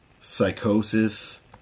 Psychosis